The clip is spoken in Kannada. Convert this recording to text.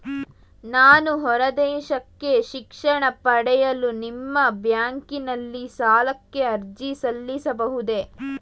ನಾನು ಹೊರದೇಶಕ್ಕೆ ಶಿಕ್ಷಣ ಪಡೆಯಲು ನಿಮ್ಮ ಬ್ಯಾಂಕಿನಲ್ಲಿ ಸಾಲಕ್ಕೆ ಅರ್ಜಿ ಸಲ್ಲಿಸಬಹುದೇ?